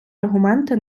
аргументи